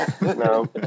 No